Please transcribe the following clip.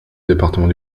département